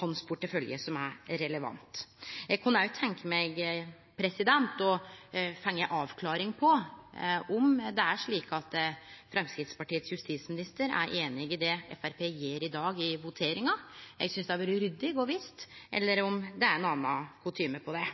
hans portefølje som er relevant. Eg kunne også tenkje meg å få avklaring på om det er slik at justisministeren frå Framstegspartiet er einig i det Framstegspartiet gjer i dag i voteringa. Eg synest det hadde vore ryddig å få vite, eller om det er ein annen kutyme for det.